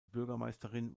bürgermeisterin